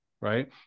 right